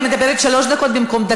את מדברת שלוש דקות במקום דקה.